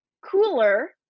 cooler